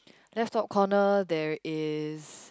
left top corner there is